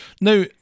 Now